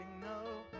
no